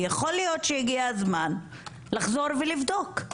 יכול להיות שהגיע הזמן לחזור ולבדוק.